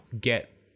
get